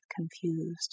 confused